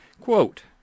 Quote